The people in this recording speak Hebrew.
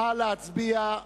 נא להצביע.